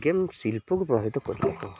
game ଶିଳ୍ପକୁ ପ୍ରଭାବିତ କରିଥାଏ